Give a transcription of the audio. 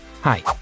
Hi